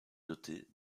dotés